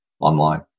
online